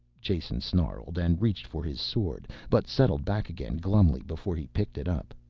jason snarled and reached for his sword, but settled back again glumly before he picked it up.